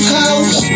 house